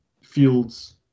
fields